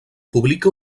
publica